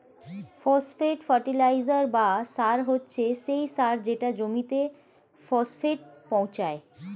phosphate fertiliser বা সার হচ্ছে সেই সার যেটা জমিতে ফসফেট পৌঁছায়